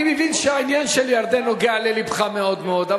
אני מבין שהעניין של ירדן נוגע ללבך מאוד מאוד,